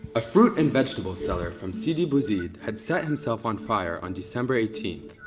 a fruit and vegetable seller from sidi bouzid had set himself on fire on december eighteenth,